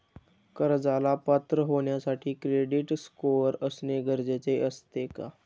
कर्जाला पात्र होण्यासाठी क्रेडिट स्कोअर असणे गरजेचे असते का?